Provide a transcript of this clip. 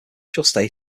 special